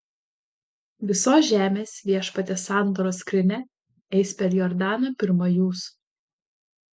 visos žemės viešpaties sandoros skrynia eis per jordaną pirma jūsų